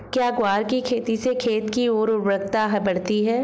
क्या ग्वार की खेती से खेत की ओर उर्वरकता बढ़ती है?